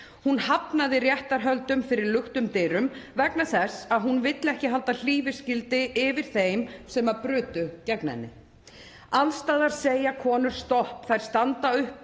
Hún hafnaði réttarhöldum fyrir luktum dyrum vegna þess að hún vill ekki halda hlífiskildi yfir þeim sem brutu gegn henni. Alls staðar segja konur stopp. Þær standa upp